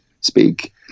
speak